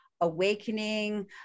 awakening